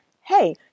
hey